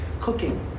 cooking